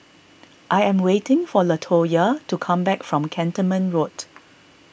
I am waiting for Latoya to come back from Cantonment Road